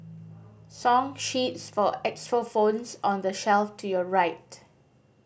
song sheets for xylophones on the shelf to your right